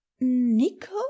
nico